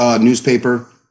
newspaper